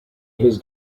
his